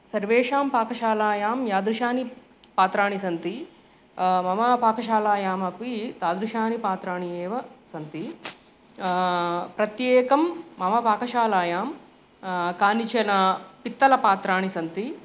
सर्वेषां पाकशालायां यादृशानि पात्राणि सन्ति मम पाकशालायामपि तादृशानि पात्राणि एव सन्ति प्रत्येकानि मम पाकशालायां कानिचन पित्तलपात्राणि सन्ति